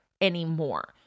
anymore